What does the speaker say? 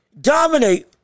dominate